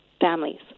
families